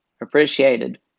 appreciated